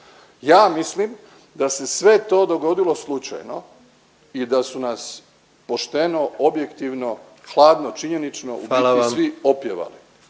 Ja mislim da se sve to dogodilo slučajno i da su nas pošteno, objektivno, hladno činjenično … …/Upadica